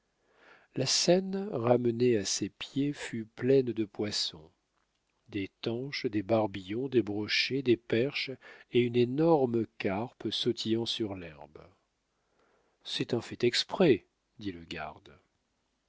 la seine ramenée à ses pieds fut pleine de poissons des tanches des barbillons des brochets des perches et une énorme carpe sautillant sur l'herbe c'est un fait exprès dit le garde